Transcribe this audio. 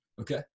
Okay